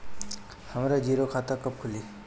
हमरा जीरो खाता कब खुली?